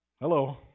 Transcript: Hello